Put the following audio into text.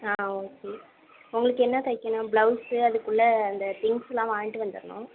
ஆ okay உங்களுக்கு என்ன தைக்கணும் ப்ளவுஸு அதுக்குள்ள அந்தத் திங்க்ஸ்லாம் வாங்கிட்டு வந்துடணும்